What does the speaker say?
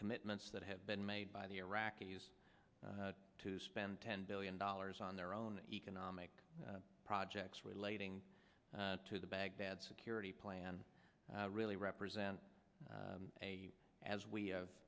commitments that have been made by the iraqis to spend ten billion dollars on their own economic projects relating to the baghdad security plan really represent a as we